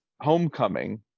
homecoming